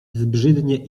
zbrzydnie